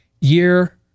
year